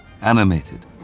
Animated